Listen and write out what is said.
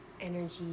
energy